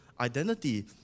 identity